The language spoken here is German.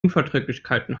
unverträglichkeiten